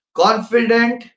confident